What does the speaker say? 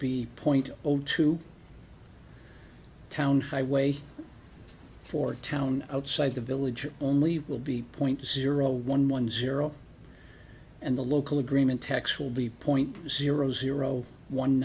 a point old to town highway for town outside the village it only will be point zero one one zero and the local agreement tax will be point zero zero one